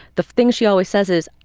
the things she always says is,